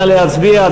נא להצביע.